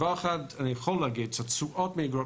דבר אחד אני יכול להגיד: התשואות מאגרות